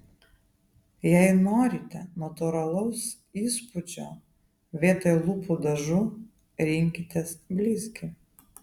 jei norite natūralaus įspūdžio vietoj lūpų dažų rinkitės blizgį